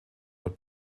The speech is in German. dort